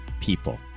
people